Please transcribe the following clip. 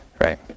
Right